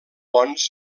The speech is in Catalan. bons